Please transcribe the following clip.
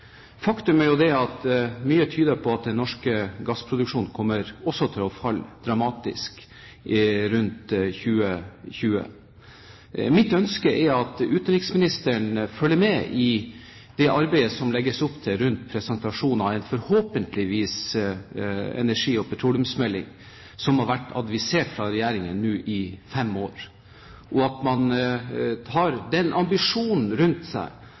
Mye tyder på at den norske gassproduksjonen kommer til å falle dramatisk rundt 2020. Mitt ønske er at utenriksministeren følger med i det arbeidet som det legges opp til når det gjelder presentasjonen av en – forhåpentligvis – energi- og petroleumsmelding som har vært advisert fra Regjeringen nå i fem år, og at man